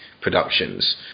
productions